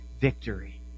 victory